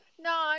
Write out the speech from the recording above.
no